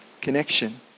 connection